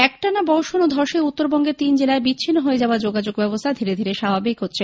একটানা বর্ষণ ও ধসে উত্তরবঙ্গের তিন জেলায় বিচ্ছিন্ন হয়ে যাওয়া যোগাযোগ ব্যবস্হা ধীরে ধীরে স্বাভাবিক হচ্ছে